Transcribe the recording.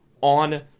on